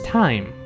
time